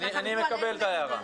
אני מקבל את ההערה.